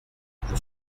vous